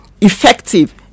effective